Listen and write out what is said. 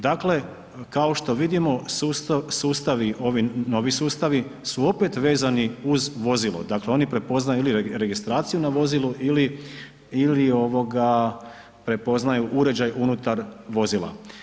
Dakle, kao što vidimo sustavi ovi novi sustavi su opet vezani uz vozilo, dakle oni prepoznaju ili registraciju na vozilu ili, ili ovoga prepoznaju uređaj unutar vozila.